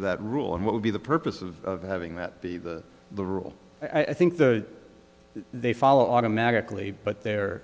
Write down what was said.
that rule and what would be the purpose of having that be the the rule i think the they follow automatically but they're